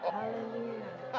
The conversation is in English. Hallelujah